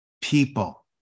people